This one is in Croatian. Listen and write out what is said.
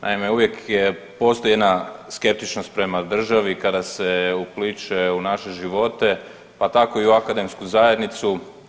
Naime, uvijek postoji jedna skeptičnost prema državi kada se upliće u naše živote pa tako i u akademsku zajednicu.